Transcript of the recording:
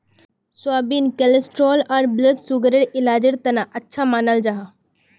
soybean cholesterol आर blood sugar इलाजेर तने अच्छा मानाल जाहा